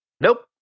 Nope